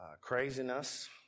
craziness